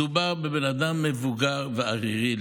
מדובר בבן אדם מבוגר וערירי,